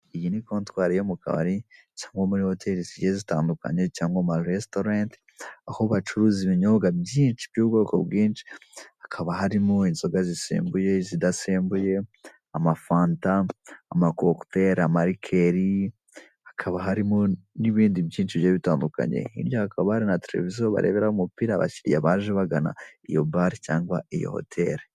Iyi ni kontwari yo mu kabari cyangwa muri hoteli zigiye zitandukanye cyangwa amaresitora, aho bacuruza ibinyobwa byinshi by'ubwoko bwinshi hakaba harimo inzoga zisembuye, zidasembuye, amafanta, amakokuteri hakaba harimo n'ibindi byinshi bigiye bitandukanye, ibyakabare na televiziyo bareberaho umupira abakiriya baje bagana iyo bare cyangwa iyo hoteli.